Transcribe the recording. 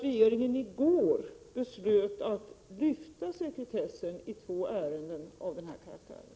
Regeringen beslutade i går att lyfta sekretessen i två ärenden av den här karaktären.